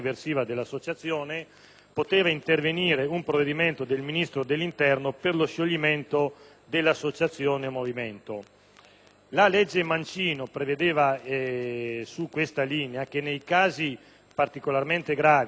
potesse intervenire un provvedimento del Ministro dell'interno per stabilirne lo scioglimento. La legge Mancino prevedeva su questa linea che nei casi particolarmente gravi, in via cautelativa,